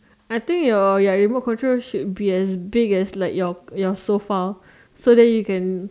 I think your your remote control should be as big as like your sofa so you can